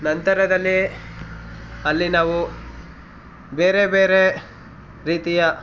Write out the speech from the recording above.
ನಂತರದಲ್ಲಿ ಅಲ್ಲಿ ನಾವು ಬೇರೆ ಬೇರೆ ರೀತಿಯ